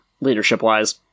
leadership-wise